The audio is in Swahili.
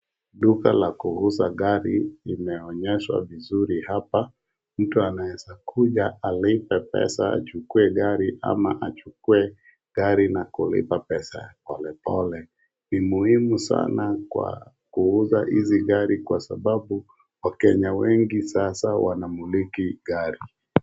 Duka la kuuza gari limeonyeshwa vizuri hapa. Mtu anaweza kuja alipe pesa uchukue gari ama achukue gari na kulipa pesa polepole. Ni muhimu sana kwa kuuza hizi gari kwa sababu wakenya wengi sasa wanamiliki gari.